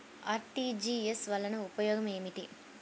RTGS వలన ఉపయోగం ఏమిటీ?